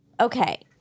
Okay